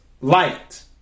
light